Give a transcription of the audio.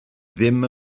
ddim